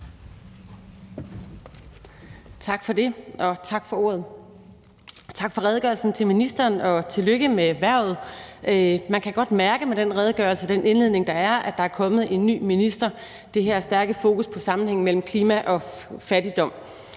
Tak for det, og tak for ordet. Tak til ministeren for redegørelsen, og tillykke med hvervet. Man kan godt mærke, at der med redegørelsen og den indledning, der er, med det her stærke fokus på sammenhængen mellem klima og fattigdom